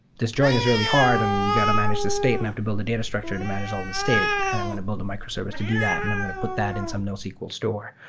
this join is really hard and you got to manage the state and have to build a data structure to manage all the state and i'm going to build a microservice to do that and i'm going to put that in some nosql store.